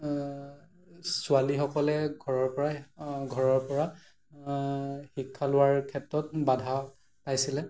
ছোৱালীসকলে ঘৰৰ পৰা ঘৰৰ পৰা শিক্ষা লোৱাৰ ক্ষেত্ৰত বাধা পাইছিলে